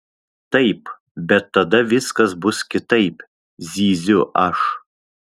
taip bet tada viskas bus kitaip zyziu aš